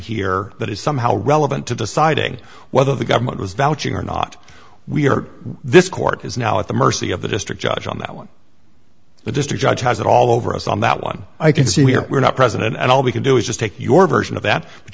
here that is somehow relevant to deciding whether the government was vouching or not we are this court is now at the mercy of the district judge on that one the district judge has it all over us on that one i can see here we're not president and all we can do is just take your version of that